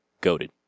goaded